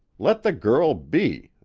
let the girl be,